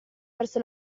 verso